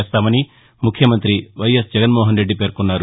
చేస్తామని ముఖ్యమంతి వైఎస్ జగన్మోహన్ రెడ్డి పేర్కొన్నారు